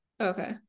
okay